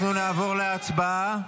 אנחנו נעבור להצבעה.